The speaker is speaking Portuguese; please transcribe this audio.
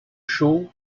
show